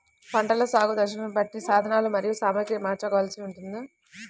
పంటల సాగు దశలను బట్టి సాధనలు మరియు సామాగ్రిని మార్చవలసి ఉంటుందా?